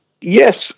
yes